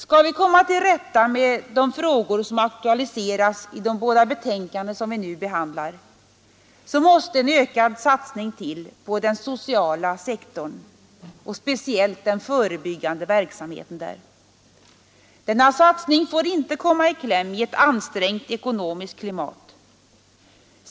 Skall vi komma till rätta med de frågor som aktualiseras i de båda betä satsning till på den sociala sektorn, speciellt på den förebyggande verksamheten. Denna satsning får inte komma i kläm i ett ansträngt kanden som vi nu behandlar måste en ökad ekonomiskt klimat.